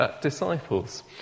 disciples